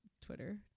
twitter